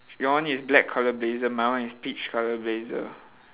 your one is black colour blazer my one is peach colour blazer